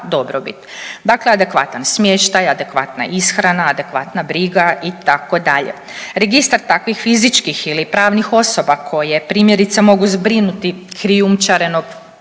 dobrobit, dakle adekvatan smještaj, adekvatna ishrana, adekvatna briga, itd.. Registar takvih fizičkih ili pravnih osoba koje primjerice mogu zbrinuti krijumčarenog